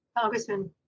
Congressman